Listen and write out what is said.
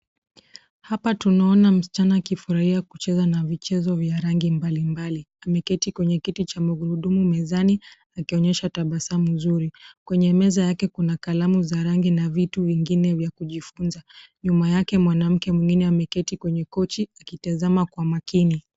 Hapa tunaona msichana akifurahia kucheza na vichezo vya rangi mbalimbali. Ameketi kwenye kiti cha magurudumu mezani akionyesha tabasamu zuri. Kwenye meza yake kuna kalamu za rangi na vitu vingine vya kujifunza. Nyuma yake mwanamke mwingine ameketi kwenye kochi akitazama kwa makini.